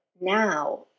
now